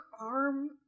arm